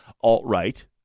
alt-right